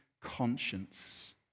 conscience